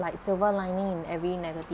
like silver lining in every negative